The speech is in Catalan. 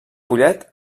pollet